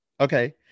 Okay